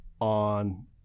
on